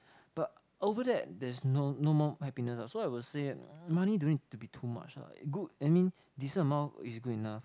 but over that there's no no more happiness ah so I would say um money don't need to be too much ah it good I mean decent amount is good enough